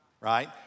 right